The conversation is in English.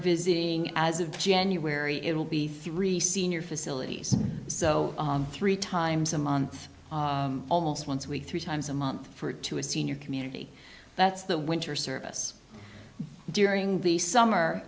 visiting as of january it'll be three senior facilities so three times a month almost once a week three times a month for two a senior community that's the winter service during the summer